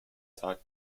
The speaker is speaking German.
tag